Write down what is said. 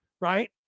right